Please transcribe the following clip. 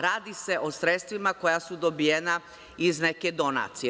Radi se o sredstvima koja su dobijena iz neke donacije.